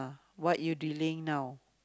what you delaying now